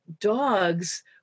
dogs